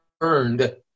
earned